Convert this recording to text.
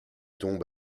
tombe